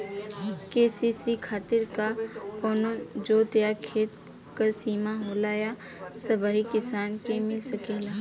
KCC खातिर का कवनो जोत या खेत क सिमा होला या सबही किसान के मिल सकेला?